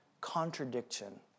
contradiction